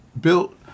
built